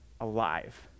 alive